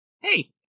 Hey